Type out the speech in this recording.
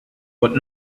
but